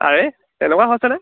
আৰে তেনেকুৱা হৈছেনে